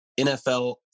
NFL